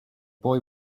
boy